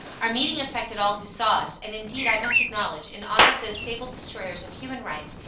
our meeting affected all who saw us and indeed i must acknowledge, in honour of those sable destroyers of human rights,